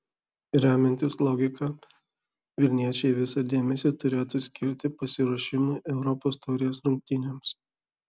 remiantis logika vilniečiai visą dėmesį turėtų skirti pasiruošimui europos taurės rungtynėms